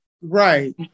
Right